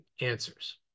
answers